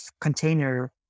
container